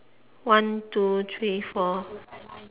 one two three four